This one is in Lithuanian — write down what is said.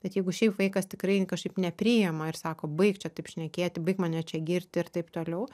bet jeigu šiaip vaikas tikrai kažkaip nepriima ir sako baik čia taip šnekėti baik mane čia girti ir taip toliau